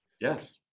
yes